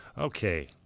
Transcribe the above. Okay